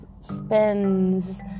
spins